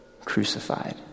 crucified